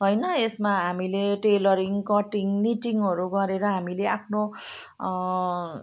होइन यसमा हामीले टेलरिङ कटिङ निटिङहरू गरेर हामीले आफ्नो